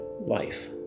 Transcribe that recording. life